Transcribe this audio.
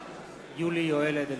(קורא בשמות חברי הכנסת) יולי יואל אדלשטיין,